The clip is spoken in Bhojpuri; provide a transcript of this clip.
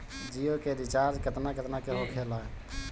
जियो के रिचार्ज केतना केतना के होखे ला?